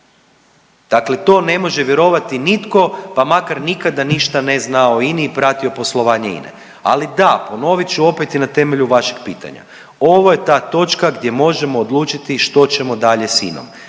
Dakle, to ne može vjerovati nitko pa makar nikada ništa ne znao o INI i pratio poslovanje INE. Ali da, ponovit ću opet i na temelju vašeg pitanja. Ovo je ta točka gdje možemo odlučiti što ćemo dalje s